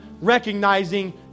recognizing